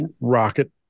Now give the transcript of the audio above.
rocket